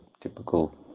typical